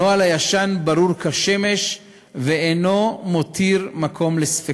הנוהל הישן ברור כשמש ואינו מותיר מקום לספקות.